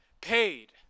paid